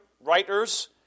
writers